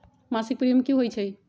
मासिक प्रीमियम की होई छई?